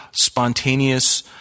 spontaneous